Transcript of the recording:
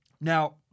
Now